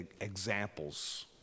examples